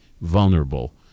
vulnerable